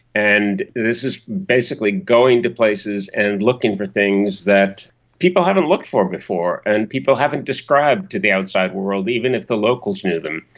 and this is basically going to places and looking for things that people haven't looked for before and people haven't described to the outside world, even if the locals knew them.